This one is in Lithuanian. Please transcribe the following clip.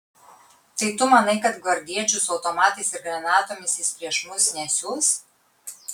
tai tu manai kad gvardiečių su automatais ir granatomis jis prieš mus nesiųs